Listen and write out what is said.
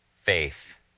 faith